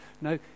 No